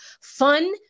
Fun